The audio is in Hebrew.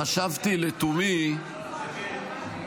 חבר הכנסת גלעד קריב, קריאה שנייה.